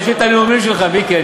יש לי הנאומים שלך, מיקי.